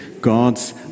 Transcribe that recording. God's